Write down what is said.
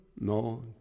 No